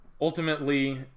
ultimately